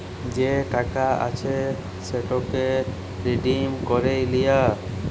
যে টাকা আছে সেটকে রিডিম ক্যইরে লিয়া